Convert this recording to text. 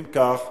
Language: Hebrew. אם כך,